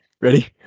Ready